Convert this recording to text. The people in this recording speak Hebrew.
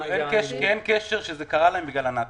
כי אין קשר שזה קרה להם בגלל הנאצים.